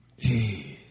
Jeez